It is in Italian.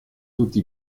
tutti